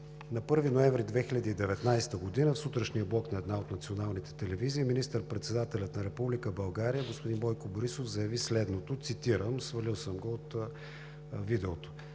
На 1 ноември 2019 г. в сутрешния блок на една от националните телевизии министър-председателят на Република България господин Бойко Борисов заяви следното, цитирам, свалил съм го от видеото: